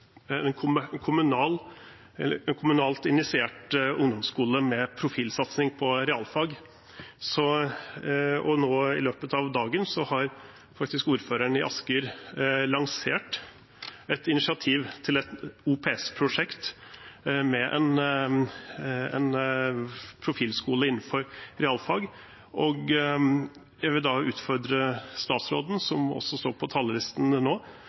en kommunalt initiert ungdomsskole med profilsatsing på realfag, og nå i løpet av dagen har faktisk ordføreren i Asker lansert et initiativ til et OPS-prosjekt med en profilskole innenfor realfag. Jeg vil da utfordre statsråden, som også står på talerlisten nå,